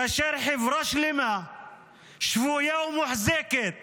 כאשר חברה שלמה שבויה ומוחזקת